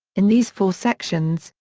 in these four sections,